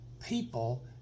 people